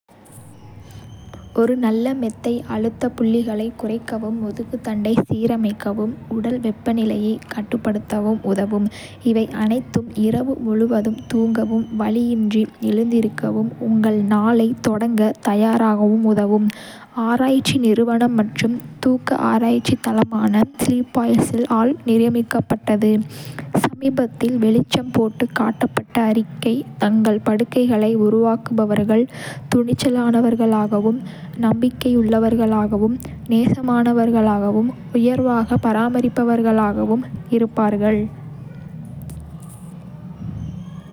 ஒரு நல்ல மெத்தை அழுத்தப் புள்ளிகளைக் குறைக்கவும், முதுகுத்தண்டை சீரமைக்கவும், உடல் வெப்பநிலையைக் கட்டுப்படுத்தவும் உதவும் இவை அனைத்தும் இரவு முழுவதும் தூங்கவும், வலியின்றி எழுந்திருக்கவும், உங்கள் நாளைத் தொடங்கத் தயாராகவும் உதவும் ஆராய்ச்சி நிறுவனம் OnePoll மற்றும் தூக்க ஆராய்ச்சி தளமான Sleepopolis ஆல் நியமிக்கப்பட்டது. டுடே ஷோவில் சமீபத்தில் வெளிச்சம் போட்டுக் காட்டப்பட்ட அறிக்கை, தங்கள் படுக்கைகளை உருவாக்குபவர்கள் துணிச்சலானவர்களாகவும், நம்பிக்கையுள்ளவர்களாகவும், நேசமானவர்களாகவும், உயர்வாகப் பராமரிப்பவர்களாகவும் இருப்பார்கள்.